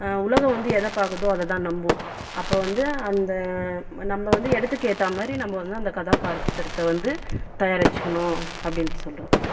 உலகம் வந்து எதை பார்க்குதோ அதை தான் நம்ம அப்போ வந்து அந்த நம்ம வந்து இடத்துக்கேத்தா மாதிரி நம்ம வந்து அந்த கதாபாத்திரத்தை வந்து தயாரிச்சுக்கணும் அப்படின்னு சொல்கிற